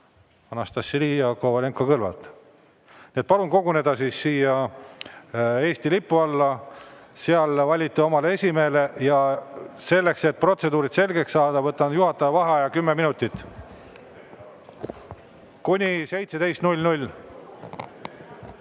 Anastassia Kovalenko-Kõlvart. Palun koguneda siia Eesti lipu alla, seal valite omale esimehe. Selleks, et protseduur selgeks saadaks, võtan juhataja vaheaja kümme minutit, kuni 17.00-ni.